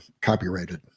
copyrighted